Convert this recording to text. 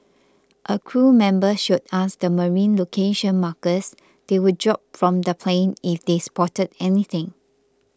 a crew member showed us the marine location markers they would drop from the plane if they spotted anything